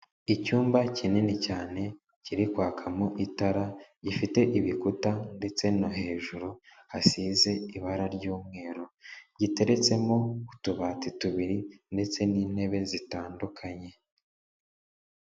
Icyumba kinini cyane, kiri kwakamo itara, gifite ibikuta ndetse no hejuru hasize ibara ry'umweru, giteretsemo utubati tubiri ndetse n'intebe zitandukanye.